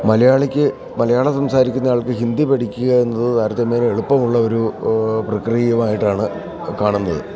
മലയാളിക്ക് മലയാളം സംസാരിക്കുന്നയാൾക്ക് ഹിന്ദി പഠിക്കുകയെന്നത് താരതമ്യേന എളുപ്പമുള്ളൊരു പ്രക്രിയുമായിട്ടാണ് കാണുന്നത്